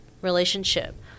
relationship